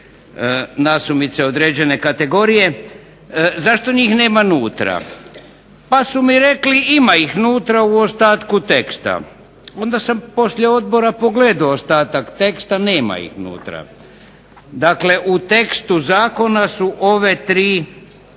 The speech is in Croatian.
nasumice određene kategorije, zašto njih nema unutra, pa su mi rekli ima ih unutra u ostatku teksta. Onda sam poslije Odbora pogledao ostatak teksta, nema ih unutra, dakle u tekstu Zakona su ove tri